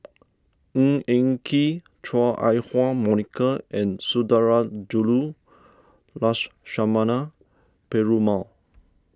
Ng Eng Kee Chua Ah Huwa Monica and Sundarajulu Lakshmana Perumal